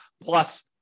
plus